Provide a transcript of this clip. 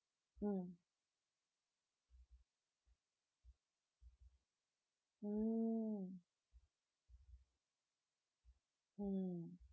mm mm mm